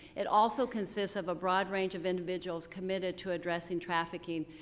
it also consists of a broad range of individuals committed to addressing trafficking.